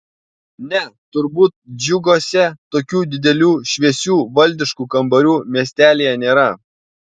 ne turbūt džiuguose tokių didelių šviesių valdiškų kambarių miestelyje nėra